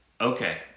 okay